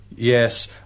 Yes